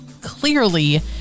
clearly